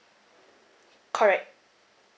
correct